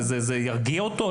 זה ירגיע אותו?